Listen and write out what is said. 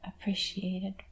appreciated